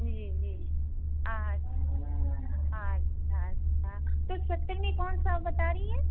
जी जी अच्छा अच्छा अच्छा तो सत्तर में कौन सा बता रही हैं